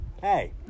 Hey